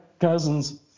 Cousins